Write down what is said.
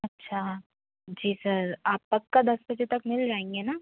अच्छा जी सर आप पक्का दस बजे तक मिल जाएंगे ना